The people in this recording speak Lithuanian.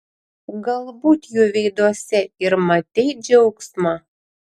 galbūt jų veiduose ir matei džiaugsmą